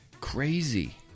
Crazy